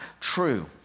true